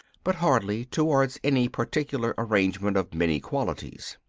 but hardly towards any particular arrangement of many qualities.